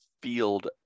Field